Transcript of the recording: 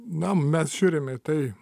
na mes žiūrime į tai